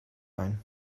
ein